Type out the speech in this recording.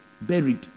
buried